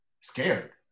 scared